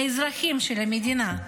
האזרחים של המדינה.